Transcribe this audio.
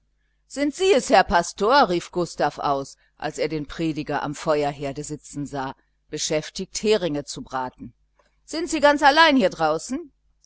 sind sie es herr pastor rief gustav aus als er den prediger am feuerherde sitzen sah beschäftigt heringe zu braten sind sie ganz allein hier draußen